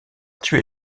tuer